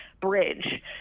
bridge